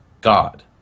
God